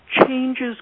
changes